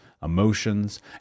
emotions